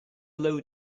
load